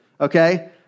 okay